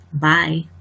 Bye